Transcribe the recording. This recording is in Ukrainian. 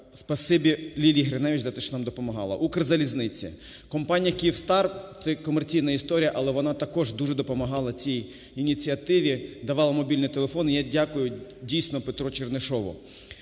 Великеспасибі Лілії Гриневич за те, що нам допомагала, "Укрзалізниці", компанії "Київстар" (це є комерційна історія, але вона також дуже допомагала цій ініціативі, давала мобільні телефони.Я дякую, дійсно, Петру Чернишову),